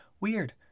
weird